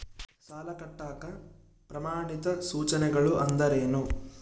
ಸಾಲ ಕಟ್ಟಾಕ ಪ್ರಮಾಣಿತ ಸೂಚನೆಗಳು ಅಂದರೇನು?